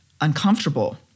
uncomfortable